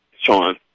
Sean